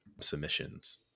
submissions